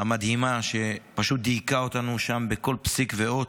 המדהימה שפשוט דייקה אותנו שם בכל פסיק ואות,